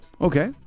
Okay